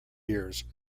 years